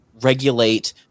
regulate